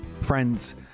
friends